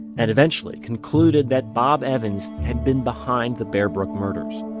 and eventually concluded that bob evans had been behind the bear brook murders.